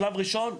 בשלב הראשון,